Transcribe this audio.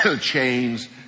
chains